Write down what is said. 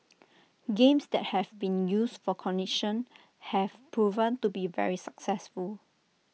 games that have been used for cognition have proven to be very successful